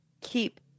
keep